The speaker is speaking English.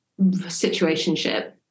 situationship